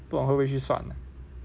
不懂会不会去算